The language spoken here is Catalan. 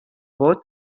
vot